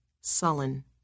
sullen